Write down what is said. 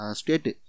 state